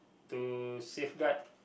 to safeguard